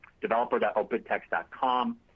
developer.opentext.com